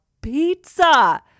pizza